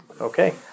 Okay